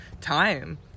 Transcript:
time